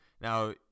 Now